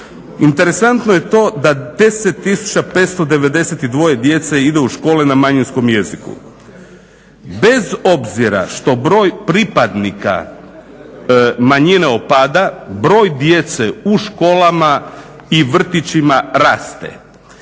Interesantno je to da 10 tisuća 592 djece ide u škole na manjinskom jeziku. Bez obzira što broj pripadnika manjina opada broj djece u školama i vrtićima raste.